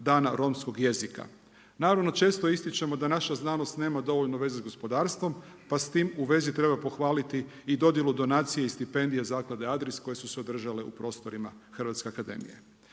dana romskog jezika. Naravno, često ističemo da naša znanost nema dovoljno veze sa gospodarstvom pa s time u vezi treba pohvaliti i dodjelu donacije i stipendije Zaklade Adris koje su se održale u prostorima Hrvatske akademije.